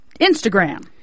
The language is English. Instagram